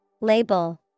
Label